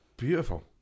beautiful